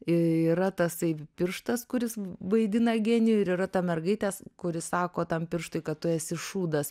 yra tasai pirštas kuris vaidina genijų ir yra ta mergaitės kuri sako tam pirštui kad tu esi šūdas